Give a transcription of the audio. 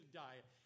diet